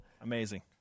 amazing